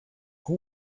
who